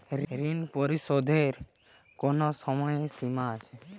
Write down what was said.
ঋণ পরিশোধের কোনো সময় সীমা আছে?